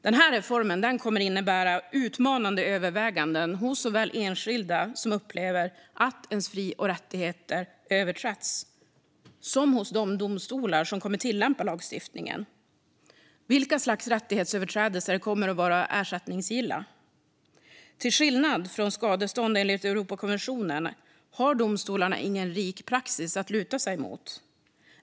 Denna reform kommer att innebära utmanande överväganden såväl för enskilda som upplever att deras fri eller rättigheter överträtts som för de domstolar som kommer att tillämpa lagstiftningen. Vilka slags rättighetsöverträdelser kommer att vara ersättningsgilla? Till skillnad från när det gäller skadestånd enligt Europakonventionen har domstolarna ingen rik praxis att luta sig mot.